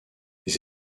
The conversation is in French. les